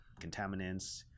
contaminants